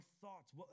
thoughts